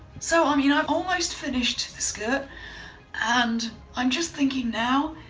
so um you know i've almost finished the skirt and i'm just thinking now,